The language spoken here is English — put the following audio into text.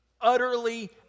utterly